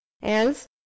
else